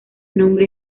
nombre